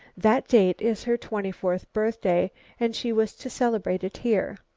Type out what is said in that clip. that date is her twenty-fourth birthday and she was to celebrate it here.